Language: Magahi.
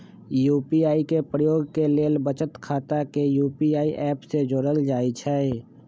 यू.पी.आई के प्रयोग के लेल बचत खता के यू.पी.आई ऐप से जोड़ल जाइ छइ